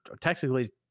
technically